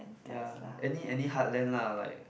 ya any any heartland lah like